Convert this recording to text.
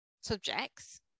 subjects